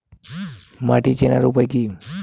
মাটি চেনার উপায় কি?